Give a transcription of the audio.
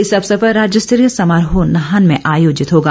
इस अवसर पर राज्य स्तरीय समारोह नाहन में आयोजित होगा